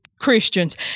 christians